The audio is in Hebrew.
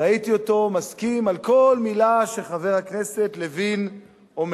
ראיתי אותו מסכים על כל מלה שחבר הכנסת לוין אומר.